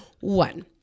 One